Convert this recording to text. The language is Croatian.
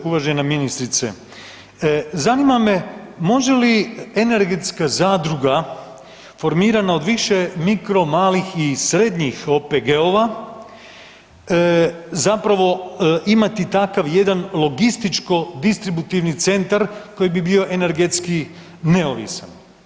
Uvažena ministrice, zanima me može li energetska zadruga formirana od više mikro, malih i srednjih OPG-ova zapravo imati takav jedan logističko distributivni centar koji bi bio energetski neovisan?